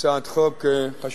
הצעת חוק חשובה,